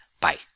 Bye